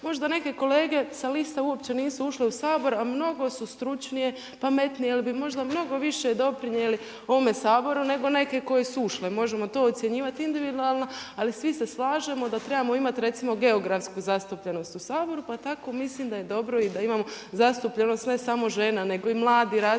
možda neke kolege sa liste uopće nisu ušle u Sabor a mnogo su stručnije, pametnije jer bi možda mnogo više doprinijeli ovome Saboru nego neke koje su ušle, možemo to ocjenjivati individualno. Ali svi se slažemo da trebamo imati recimo geografsku zastupljenost u Saboru, pa tako mislim da je dobro i da imamo zastupljenost ne samo žena nego i mladih različitih